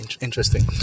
interesting